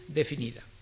definida